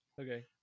Okay